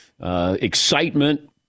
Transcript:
excitement